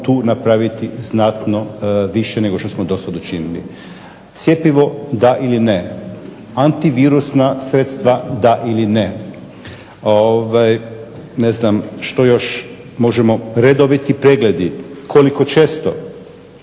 tu napraviti znatno više nego što smo dosad učinili. Cjepivo, da ili ne? Antivirusna sredstva, da ili ne? Ne znam što još možemo, redoviti pregledi, koliko često?